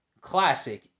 classic